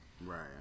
Right